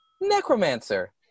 necromancer